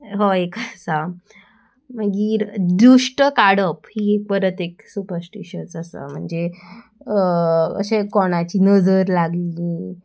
हो एक आसा मागीर द्रुश्ट काडप ही एक परत एक सुपस्टिशस आसा म्हणजे अशें कोणाची नजर लागली